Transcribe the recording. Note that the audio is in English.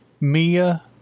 Mia